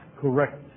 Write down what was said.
correct